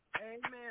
Amen